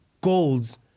goals